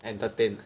entertain ah